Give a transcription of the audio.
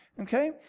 Okay